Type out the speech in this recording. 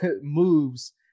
moves